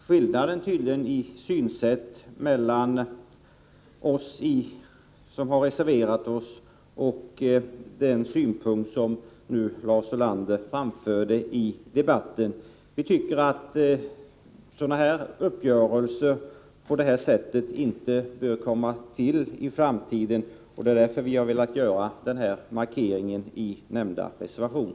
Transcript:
Skillnaden mellan det synsätt som ligger till grund för vår reservation och de synpunkter som Lars Ulander nu har framfört i debatten är att vi inte tycker att uppgörelser av det här slaget bör träffas i framtiden, och det är därför vi har velat göra denna markering i vår reservation.